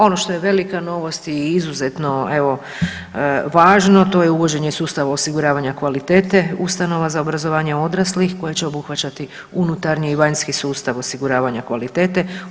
Ono što je velika novost je i izuzetno evo važno to je uvođenje sustava osiguravanja kvalitete ustanova za obrazovanje odraslih koje će obuhvaćati unutarnji i vanjski sustav osiguravanja kvalitete.